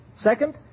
Second